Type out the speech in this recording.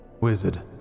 Wizard